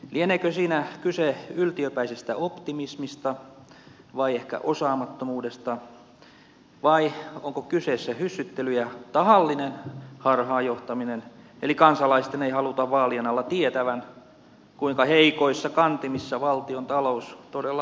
lieneekö siinä kyse yltiöpäisestä optimismista vai ehkä osaamattomuudesta vai onko kyseessä hyssyttely ja tahallinen harhaanjohtaminen eli kansalaisten ei haluta vaalien alla tietävän kuinka heikoissa kantimissa valtiontalous todella on